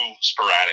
sporadic